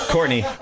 Courtney